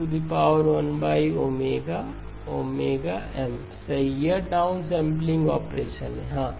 तो X11M k0M 1 X सही यह डाउन सैंपलिंग ऑपरेशन है हाँ